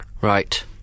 Right